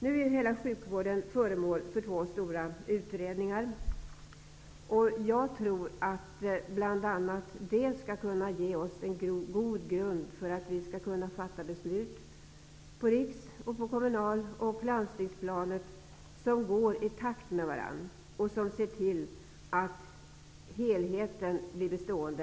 Nu är hela sjukvården föremål för två stora utredningar. Jag tror att bl.a. de kan ge oss en god grund för att vi skall kunna fatta långsiktiga beslut på rikse, kommunal och landstingsplan som går i takt med varandra och där man ser till att helheten blir bestående.